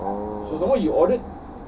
oh